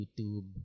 YouTube